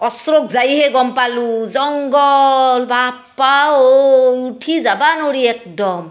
ওচৰত যাইহে গ'ম পালোঁ জংগল বাপ্পা ঔ উঠি যাবা নোৱাৰি একদম